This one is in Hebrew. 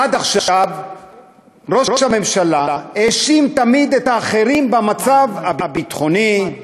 עד עכשיו ראש הממשלה האשים תמיד את האחרים: במצב הביטחוני,